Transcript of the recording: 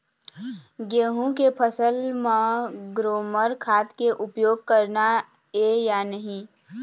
गेहूं के फसल म ग्रोमर खाद के उपयोग करना ये या नहीं?